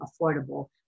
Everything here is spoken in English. affordable